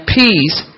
peace